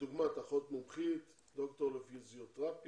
כדוגמה אחות מומחית, דוקטור לפיזיותרפיה.